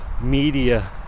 media